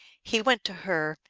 he went to her,